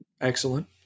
Excellent